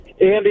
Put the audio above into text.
Andy